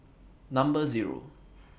Number Zero